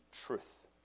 truth